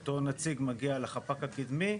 אותו נציג מגיע לחפ"ק הקדמי,